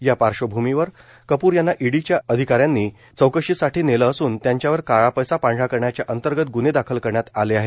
या पार्श्वभूमीवर कपूर यांना ईडीच्या अधिकाऱ्यानी चौकशीसाठी नेलं असून त्यांच्यावर काळा पैसा पांढरा करण्याच्या अंतर्गत गुन्हे दाखल करण्यात आले आहेत